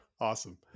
Awesome